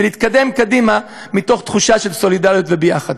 ונתקדם מתוך תחושה של סולידריות ויחד.